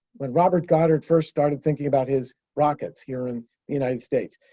when robert goddard first started thinking about his rockets here in the united states.